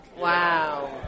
Wow